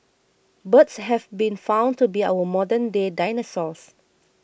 birds have been found to be our modernday dinosaurs